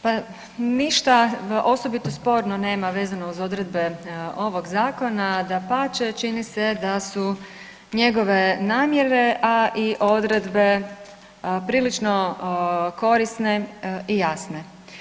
Pa ništa osobito sporno nema vezano uz odredbe ovog zakona, dapače čini se da su njegove namjere a i odredbe prilično korisne i jasne.